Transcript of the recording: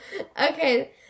Okay